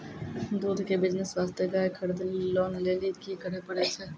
दूध के बिज़नेस वास्ते गाय खरीदे लेली लोन लेली की करे पड़ै छै?